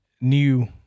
new